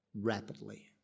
rapidly